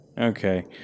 Okay